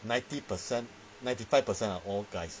ninety percent ninety five percent are all guys